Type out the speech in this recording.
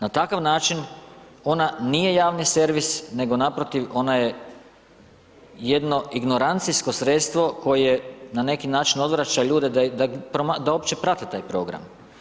Na takav način ona nije javni servis nego naprotiv ona je jedno ignorancijsko sredstvo koje na neki način odvraća ljude da uopće prate taj program.